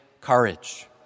courage